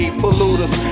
polluters